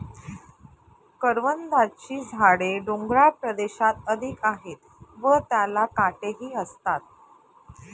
करवंदाची झाडे डोंगराळ प्रदेशात अधिक आहेत व त्याला काटेही असतात